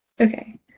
okay